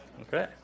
Okay